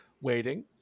Waiting